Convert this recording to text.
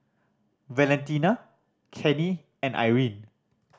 Valentina Kenny and Irene